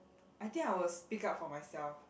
I think I will speak up for myself